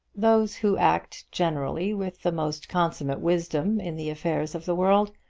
those who act generally with the most consummate wisdom in the affairs of the world,